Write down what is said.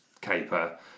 caper